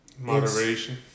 moderation